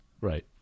Right